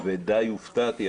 ודי הופתעתי,